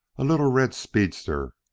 a little red speedster,